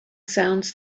sounds